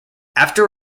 after